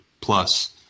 plus